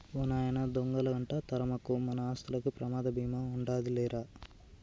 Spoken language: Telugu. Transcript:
ఓ నాయనా దొంగలంట తరమకు, మన ఆస్తులకి ప్రమాద బీమా ఉండాదిలే రా రా